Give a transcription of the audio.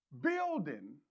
Building